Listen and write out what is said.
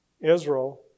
Israel